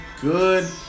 good